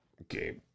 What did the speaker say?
Okay